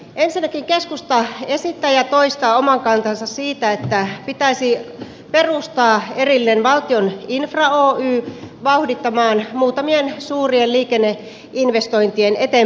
ensinnäkin keskusta esittää ja toistaa oman kantansa siitä että pitäisi perustaa erillinen valtion infra oy vauhdittamaan muutamien suurien liikenneinvestointien eteenpäinvientiä